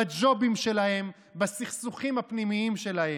בג'ובים שלהם, בסכסוכים הפנימיים שלהם.